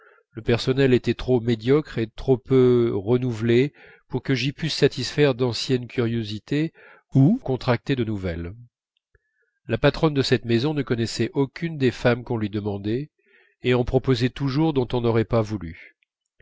le personnel était trop médiocre et trop peu renouvelé pour que j'y pusse satisfaire d'anciennes curiosités ou en contracter de nouvelles la patronne de cette maison ne connaissait aucune des femmes qu'on lui demandait et en proposait toujours dont on n'aurait pas voulu